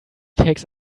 takes